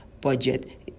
budget